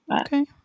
Okay